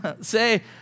say